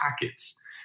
packets